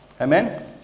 Amen